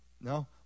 No